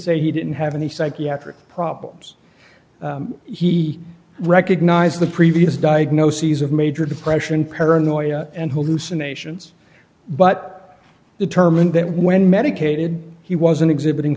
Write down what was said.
say he didn't have any psychiatric problems he recognized the previous diagnoses of major depression paranoia and hallucinations but determined that when medicated he wasn't exhibiting